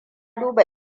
duba